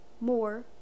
more